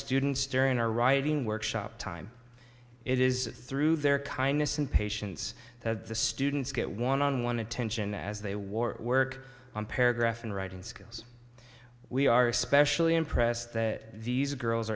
students during our writing workshop time it is through their kindness and patience that the students get one on one attention as they war work on paragraph in writing skills we are especially impressed that these girls